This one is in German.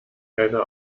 keiner